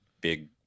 big